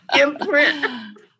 imprint